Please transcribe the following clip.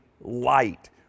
light